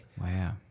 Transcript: Wow